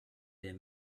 their